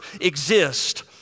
exist